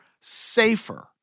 safer